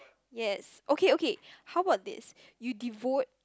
yes okay okay how about this you devote